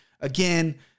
Again